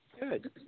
Good